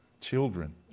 children